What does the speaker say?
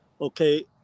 Okay